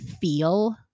feel